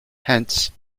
hence